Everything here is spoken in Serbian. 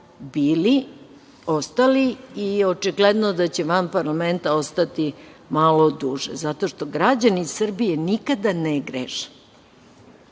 bili, ostali i očigledno je da će van parlamenta ostati malo duže zato što građani Srbije nikada ne greše.